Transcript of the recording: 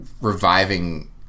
reviving